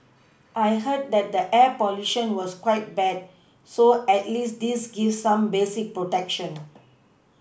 I heard that the air pollution was quite bad so at least this gives some basic protection